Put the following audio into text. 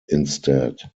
instead